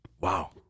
Wow